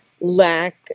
lack